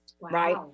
Right